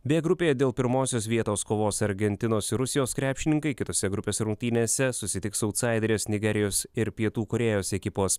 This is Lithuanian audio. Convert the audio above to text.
b grupėje dėl pirmosios vietos kovos argentinos ir rusijos krepšininkai kitose grupės rungtynėse susitiks autsaiderės nigerijos ir pietų korėjos ekipos